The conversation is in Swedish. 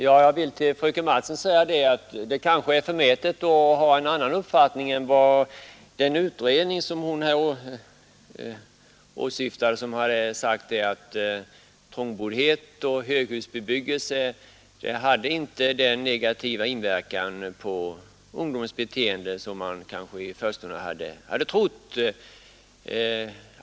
Herr talman! Det är kanske förmätet att ha en annan uppfattning än den utredning hade som fröken Mattson åsyftade och som sade att trångboddhet och höghusbebyggelse inte har den negativa inverkan på ungdomens beteende som man kanske i förstone hade trott.